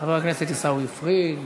חבר הכנסת עיסאווי פריג'.